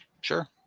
Sure